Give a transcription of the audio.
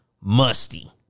musty